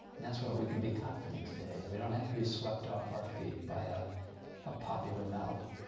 that's why we can be confident today we don't have to be swept off our feet by a, a popular novel.